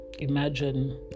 Imagine